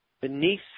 beneath